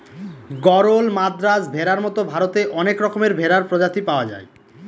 গরল, মাদ্রাজ ভেড়ার মতো ভারতে অনেক রকমের ভেড়ার প্রজাতি পাওয়া যায়